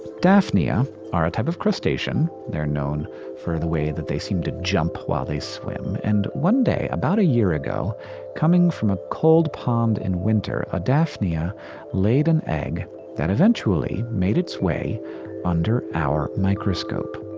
daphnia are a type of crustacean. they're known for the way they seem to jump while they swim. and one day, about a year ago coming from a cold pond in winter a daphnia laid an egg that eventually made its way under our microscope,